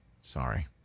Sorry